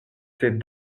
ses